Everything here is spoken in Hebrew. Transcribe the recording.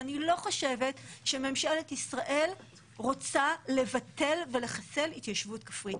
ואני לא חושבת שממשלת ישראל רוצה לבטל ולחסל התיישבות כפרית,